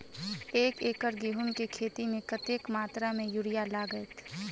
एक एकड़ गेंहूँ केँ खेती मे कतेक मात्रा मे यूरिया लागतै?